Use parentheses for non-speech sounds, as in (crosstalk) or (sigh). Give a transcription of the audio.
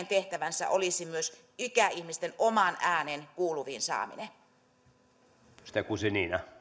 (unintelligible) tehtävänsä olisi erityisesti ikäihmisten oman äänen kuuluviin saaminen